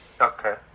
Okay